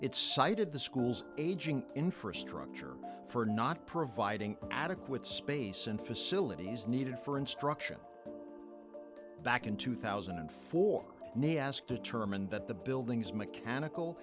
cited the school's aging infrastructure for not providing adequate space and facilities needed for instruction back in two thousand and four nay asked determined that the buildings mechanical